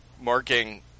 marking